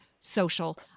social